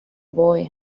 boy